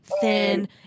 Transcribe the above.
thin